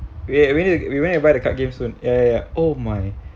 we went we went to buy the card game soon ya ya ya oh my